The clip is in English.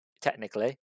technically